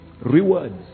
Rewards